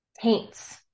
paints